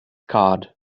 card